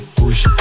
push